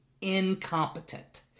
incompetent